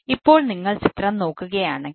ഇപ്പോൾ നിങ്ങൾ ചിത്രം നോക്കുകയാണെങ്കിൽ